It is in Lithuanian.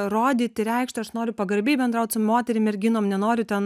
rodyti reikšti aš noriu pagarbiai bendraut su moterim merginom nenoriu ten